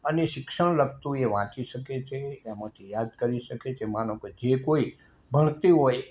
અને શિક્ષણ એ વાંચી શકે છે એમાંથી યાદ કરી શકેે છે માનો કે જે કોઈ ભણતી હોય